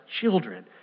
children